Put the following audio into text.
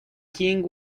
king